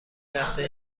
لحظه